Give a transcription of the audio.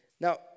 Now